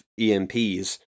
EMPs